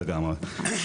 לגמרי.